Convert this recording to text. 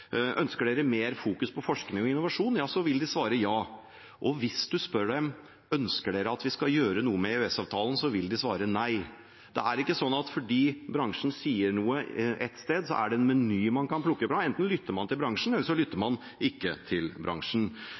Ønsker dere mer fokus på forskning og innovasjon?, vil de svare ja. Men hvis man spør: Ønsker dere at vi skal gjøre noe med EØS-avtalen?, vil de svare nei. Det er ikke sånn at fordi bransjen sier noe ett sted, så er det en meny man kan plukke fra. Enten lytter man til bransjen, eller så lytter man ikke til bransjen.